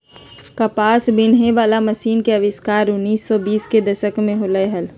कपास बिनहे वला मशीन के आविष्कार उन्नीस सौ बीस के दशक में होलय हल